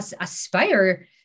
aspire